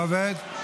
לא עובד?